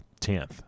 10th